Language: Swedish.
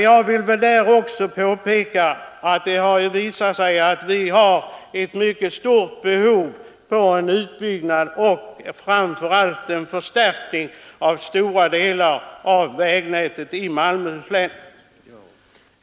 Jag vill påpeka att det visat sig att vi har ett mycket stort behov av en ombyggnad och framför allt en förstärkning av stora delar av vägnätet i Malmöhus län.